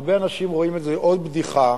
הרבה אנשים רואים בזה עוד בדיחה